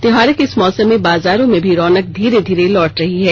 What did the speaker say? त्योहारों के इस मौसम में बाजारों में भी रौनक धीरे धीरे लौट रही है